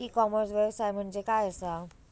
E commerce व्यवसाय म्हणजे काय असा?